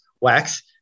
wax